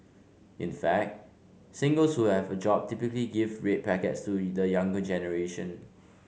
in fact singles who have a job typically give red packets to the younger generation